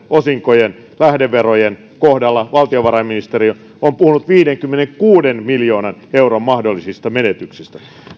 osinkojen lähdeverojen kohdalla valtiovarainministeriö on puhunut viidenkymmenenkuuden miljoonan euron mahdollisista menetyksistä